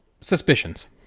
Suspicions